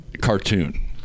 cartoon